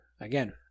Again